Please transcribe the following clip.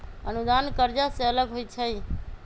अनुदान कर्जा से अलग होइ छै